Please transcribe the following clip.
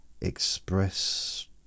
express